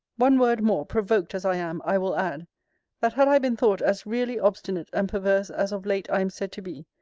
one word more, provoked as i am, i will add that had i been thought as really obstinate and perverse as of late i am said to be,